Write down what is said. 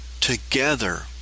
together